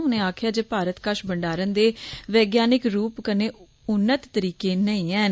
उनें आक्खेआ जे भारत कश भंडारण दे वैज्ञानिक रूप कन्नै उन्नत तरीके नेई ऐन